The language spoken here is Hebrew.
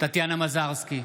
טטיאנה מזרסקי,